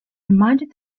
reminded